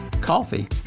coffee